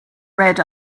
red